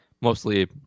mostly